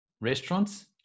restaurants